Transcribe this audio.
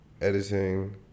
editing